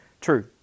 true